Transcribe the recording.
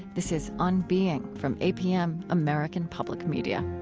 this is on being from apm american public media